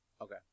Okay